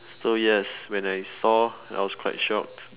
so yes when I saw I was quite shocked